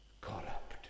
corrupt